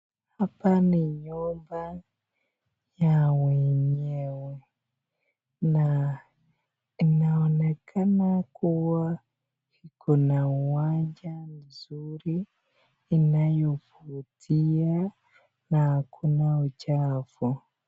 Hapa ni nyumba ya wenyewe, na inaonekana kuwa iko na uwanja mzuri inayovutia na hakuna uchafu.